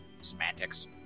semantics